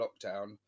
lockdown